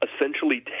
essentially